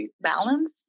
balance